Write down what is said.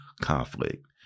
conflict